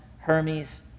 Hermes